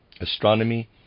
Astronomy